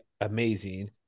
amazing